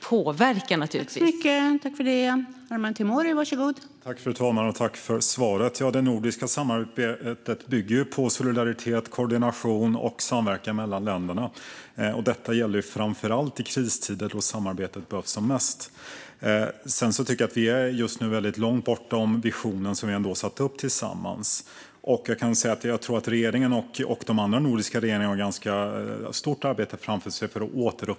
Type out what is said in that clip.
Men vi ska naturligtvis försöka påverka.